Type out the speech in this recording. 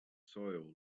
soil